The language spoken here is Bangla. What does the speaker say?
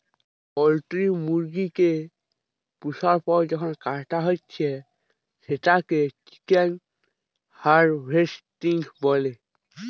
পোল্ট্রি মুরগি কে পুষার পর যখন কাটা হচ্ছে সেটাকে চিকেন হার্ভেস্টিং বলে